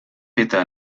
feta